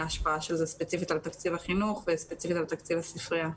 ההשפעה של זה ספציפית על תקציב החינוך ועל הספרייה.